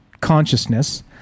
consciousness